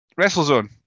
WrestleZone